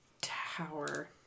tower